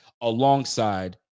alongside